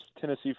Tennessee